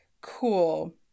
Cool